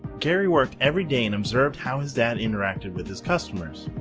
gary worked every day and observed how his dad interacted with his customers.